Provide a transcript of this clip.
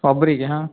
ಒಬ್ಬರಿಗೆ ಹಾಂ